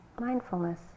mindfulness